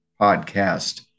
Podcast